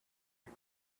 you